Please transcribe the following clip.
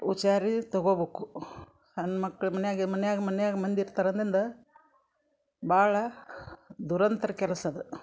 ಹುಷಾರಿ ತಗೊಬೇಕು ಸಣ್ಣ ಮಕ್ಳು ಮನೆಯಾಗೆ ಮನ್ಯಾಗೆ ಮನ್ಯಾಗೆ ಮಂದಿ ಇರ್ತಾರೆ ಅದಿಂದ ಭಾಳ ದುರಂತ್ ಕೆಲಸ ಅದು